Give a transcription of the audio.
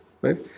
right